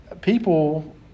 people